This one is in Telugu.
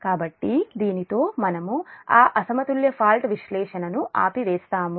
కాబట్టి దీనితో మనము ఆ అసమతుల్య ఫాల్ట్ విశ్లేషణను ఆపివేస్తాము